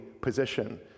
position